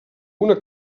una